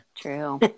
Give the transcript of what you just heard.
True